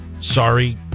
Sorry